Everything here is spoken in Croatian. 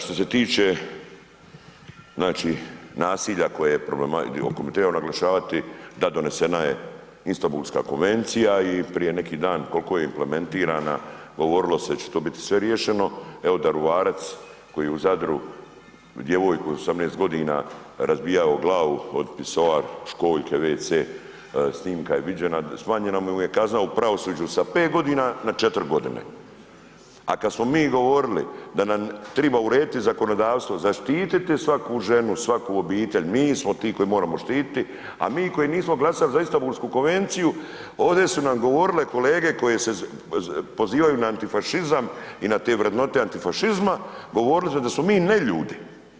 Što se tiče, znači nasilja o kojem bi trebalo naglašavati, da donešena je Istambulska konvencija i prije neki dan kolko je implementirana govorilo se da će to sve bit riješeno, evo Daruvarac koji je u Zadru djevojku od 18.g. razbijao glavu od pisoar, školjke, wc, s tim kad je viđena, smanjena mu je kazna u pravosuđu sa 5.g. na 4.g a kad smo mi govorili da nam triba urediti zakonodavstvo, zaštititi svaku ženu svaku obitelj, mi smo ti koji moramo štititi, a mi koji nismo glasali za Istambulsku konvenciju ovde su nam govorile kolege koje se pozivaju na antifašizam i na te vrednote antifašizma govorili su da smo i neljudi.